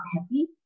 happy